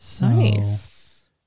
Nice